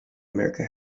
america